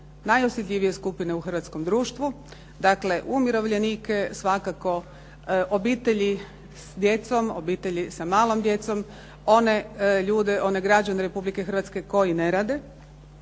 najosjetljivije skupine u hrvatskom društvu, dakle umirovljenike svakako obitelji s djecom, obitelji sa malom djecom, one ljude, one građane Republike Hrvatske koji ne rade.